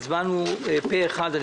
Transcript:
הצבענו פה אחד.